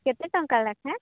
କେତେ ଟଙ୍କା ଲେଖାଏଁ